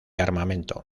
armamento